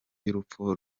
y’urupfu